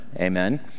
Amen